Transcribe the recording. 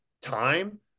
time